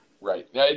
right